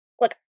look